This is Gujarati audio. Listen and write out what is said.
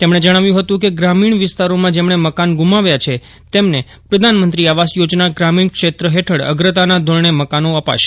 તેમણે જપ્પાવ્યું હતું કે ગ્રામીક્ષ વિસ્તારોમાં જેમણે મકાન ગુમાવ્યા છે તેમને પ્રધાનમંત્રી આવાસ યોજના ગ્રામીક્ષ ક્ષેત્ર હેઠળ અગ્રતાના ધોરસ્ષે મકાનોઅપાશે